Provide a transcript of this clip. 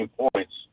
points